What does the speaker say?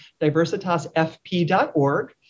DiversitasFP.org